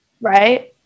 Right